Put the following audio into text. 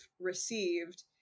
received